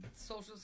social